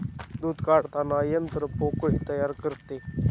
दूध काढताना यंत्र पोकळी तयार करते